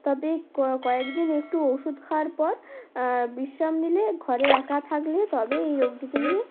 তবে কয়েক দিন একটু ওষুধ খাওয়ার পর বিশ্রাম নিলে ঘরে একা থাকলে তবেই এই রোগটি থেকে